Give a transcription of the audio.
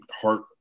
heart